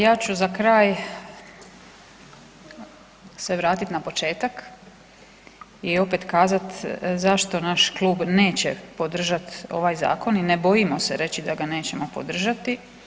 Ja ću za kraj se vratiti na početak i opet kazati zašto naš klub neće podržati ovaj Zakon i ne bojimo se reći da ga nećemo podržati.